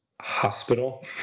Hospital